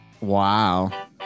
Wow